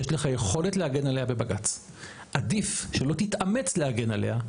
יש לך יכולת להגן עליה בבג"ץ עדיף שלא תתאמץ להגן עליה,